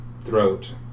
throat